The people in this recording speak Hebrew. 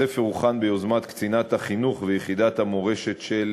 הספר הוכן ביוזמת קצינת החינוך ויחידת המורשת של